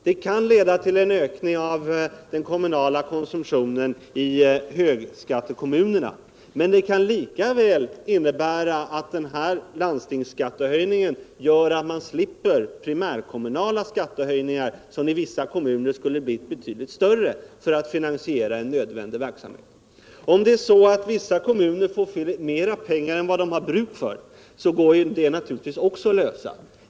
Det kan leda till ökning av den kommunala konsumtionen i högskattekommunerna, men det kan lika väl innebära att man genom landstingsskattehöjningen slipper primärkommunala skattehöjningar, som i vissa kommuner skulle ha blivit betydligt större, för att finansiera en nödvändig verksamhet. Om några kommuner får mer pengar än de har bruk för går naturligtvis också det att lösa.